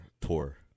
tour